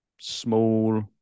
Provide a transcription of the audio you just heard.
small